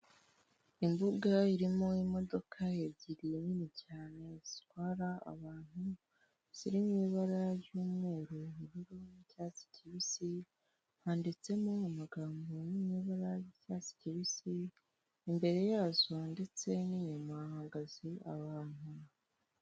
Imbuga irimo imodoka ebyiri nini cyane zitwara abantu, ziri mu ibara ry'umweru ubururu n'icyatsi kibisi, handitsemo amagambo ari mu ibara ry'icyatsi kibisi, imbere yazo ndetse n'inyama hagaze abantu.